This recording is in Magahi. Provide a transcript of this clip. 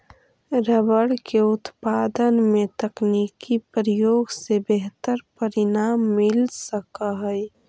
रबर के उत्पादन में तकनीकी प्रयोग से बेहतर परिणाम मिल सकऽ हई